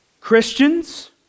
Christians